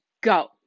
go